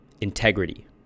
Integrity